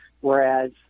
Whereas